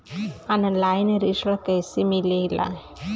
Online ऋण कैसे मिले ला?